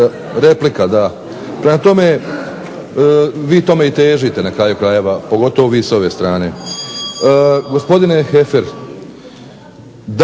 se zvala autocesta. Vi tome i težite na kraju krajeva, pogotovo vi s ove strane. Gospodine Heffer da